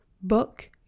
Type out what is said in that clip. book